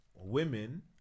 women